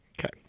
Okay